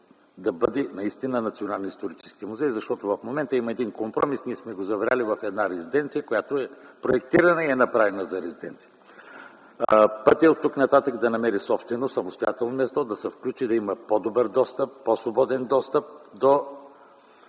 да бъде наистина Национален исторически музей. Защото в момента имаме един компромис – ние сме го заврели в една резиденция, която е проектирана и е направена за резиденция. Пътят оттук-нататък е да се направи собствено, самостоятелно място, да има по-добър, по-свободен достъп